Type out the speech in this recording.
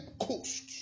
coast